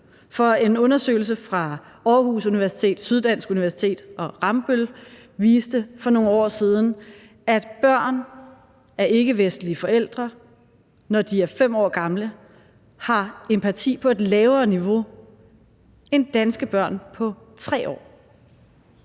En undersøgelse fra Aarhus Universitet, Syddansk Universitet og Rambøll viste for nogle år siden, at børn af ikkevestlige forældre, når de er 5 år gamle, har empati på et lavere niveau end danske børn på 3 år.